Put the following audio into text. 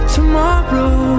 Tomorrow